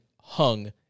hung